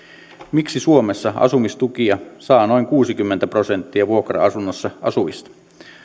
miksi suomessa asumistukia saa noin kuusikymmentä prosenttia vuokra asunnossa asuvista